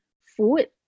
food